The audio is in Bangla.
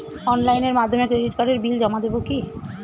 অনলাইনের মাধ্যমে ক্রেডিট কার্ডের বিল জমা দেবো কি?